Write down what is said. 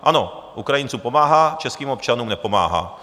Ano, Ukrajincům pomáhá, českým občanům nepomáhá.